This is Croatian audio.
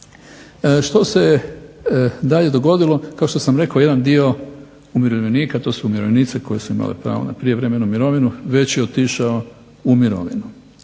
Što se dalje dogodilo, kao što sam rekao jedan dio umirovljenika, to su umirovljenici koji su imali pravo na prijevremenu mirovinu, već je otišao u mirovinu.